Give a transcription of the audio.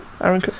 Aaron